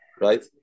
right